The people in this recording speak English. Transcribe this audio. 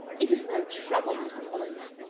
it is no trouble, mr. collins.